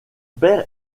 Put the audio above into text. père